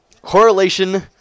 Correlation